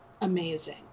amazing